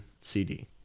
CD